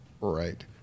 right